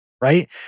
Right